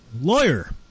Lawyer